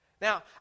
Now